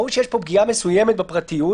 ברור שיש פה פגיעה מסוימת בפרטיות,